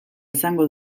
izango